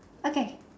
okay